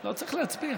לא צריך להצביע.